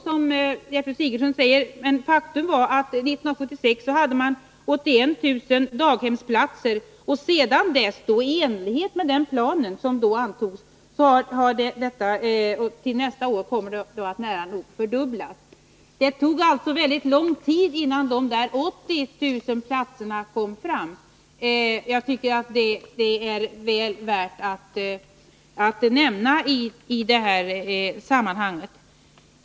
Faktum är emellertid att det 1976 fanns 81 000 daghemsplatser. I enlighet med den plan som då antogs har en utbyggnad skett, så att det blir nära nog en fördubbling nästa år. Det tog alltså mycket lång tid innan de där 81 000 platserna blev färdiga. Jag tycker att det är väl värt att nämna detta i det här sammanhanget.